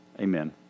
Amen